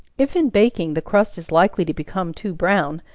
if in baking, the crust is likely to become too brown,